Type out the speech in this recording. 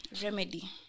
Remedy